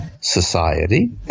society